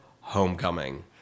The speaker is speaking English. Homecoming